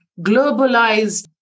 globalized